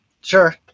Sure